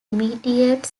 immediate